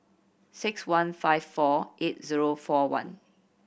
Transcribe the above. six one five four eight zero four one